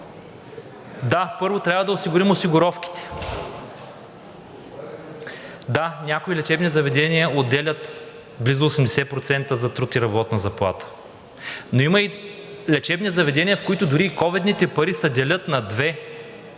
да, първо трябва да осигурим осигуровките, да, някои лечебни заведения отделят близо 80% за труд и работна заплата, но има и лечебни заведения, в които дори и ковидните пари се делят на две, за